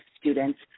students